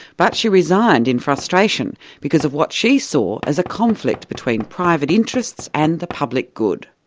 but she resigned in frustration because of what she saw as a conflict between private interests and the public good.